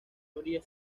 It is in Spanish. habría